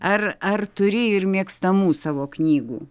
ar ar turi ir mėgstamų savo knygų